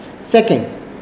second